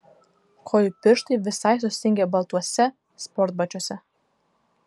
kojų pirštai visai sustingę baltuose sportbačiuose